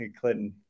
Clinton